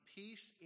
peace